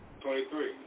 Twenty-three